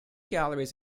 galleries